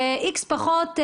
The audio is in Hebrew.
בפחות מ-X.